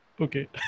Okay